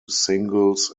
singles